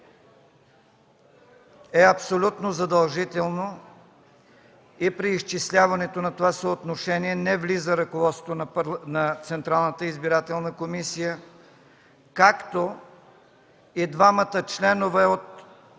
е абсолютно задължително и при изчисляването на това съотношение не влиза ръководството на Централната избирателна комисия, както и двамата членове от